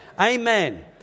Amen